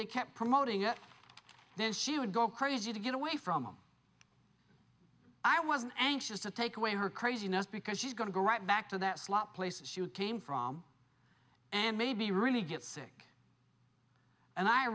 they kept promoting it then she would go crazy to get away from them i wasn't anxious to take away her craziness because she's going to go right back to that slot places she would came from and maybe really get sick and i